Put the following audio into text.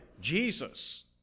Jesus